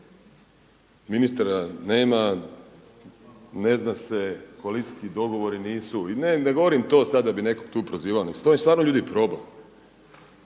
Ministra nema, ne zna se, koalicijski dogovori nisu i ne govorim to sad da bih tu nekog prozivao, nego …/Govornik